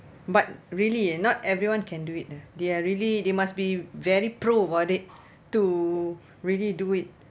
but really eh not everyone can do it ah they are really they must be very pro about it to really do it